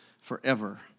forever